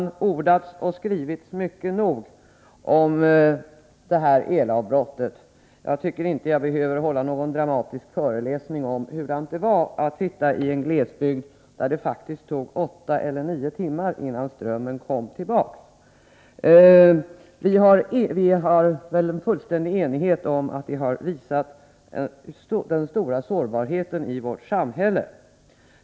Det har ordats och skrivits mycket nog om detta elavbrott. Jag tycker inte jag behöver hålla någon dramatisk föreläsning om hurdant det var att sitta i en glesbygd där det faktiskt tog åtta eller nio timmar innan strömmen kom tillbaks. Det råder väl fullständig enighet om att det inträffade har visat på den stora sårbarheten i vårt samhälle.